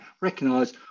recognise